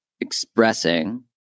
expressing